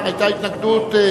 היתה התנגדות.